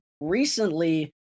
recently